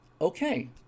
okay